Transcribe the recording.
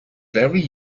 very